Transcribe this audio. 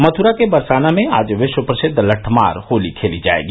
मथुरा के बरसाना में आज विश्व प्रसिद्ध लट्टमार होली खेली जायेगी